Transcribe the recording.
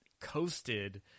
coasted